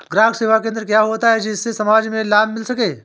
ग्राहक सेवा केंद्र क्या होता है जिससे समाज में लाभ मिल सके?